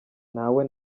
ntawe